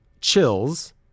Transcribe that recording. chills